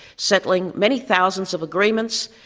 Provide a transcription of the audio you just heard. settling many thousands of agreements,